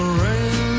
rain